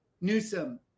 Newsom